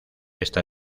esta